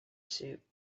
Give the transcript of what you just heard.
suit